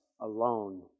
alone